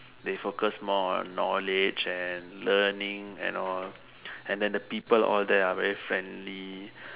they focus more on knowledge and learning and all and then the people all there are very friendly